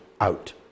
out